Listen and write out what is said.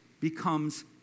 becomes